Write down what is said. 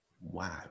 wow